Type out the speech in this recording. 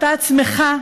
אתה עצמך,